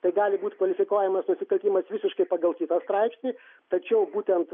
tai gali būt kvalifikuojamas nusikaltimas visiškai pagal kitą straipsnį tačiau būtent